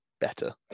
better